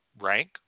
rank